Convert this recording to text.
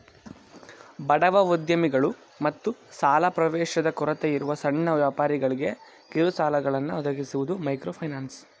ಬಡವ ಉದ್ಯಮಿಗಳು ಮತ್ತು ಸಾಲ ಪ್ರವೇಶದ ಕೊರತೆಯಿರುವ ಸಣ್ಣ ವ್ಯಾಪಾರಿಗಳ್ಗೆ ಕಿರುಸಾಲಗಳನ್ನ ಒದಗಿಸುವುದು ಮೈಕ್ರೋಫೈನಾನ್ಸ್